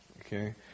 Okay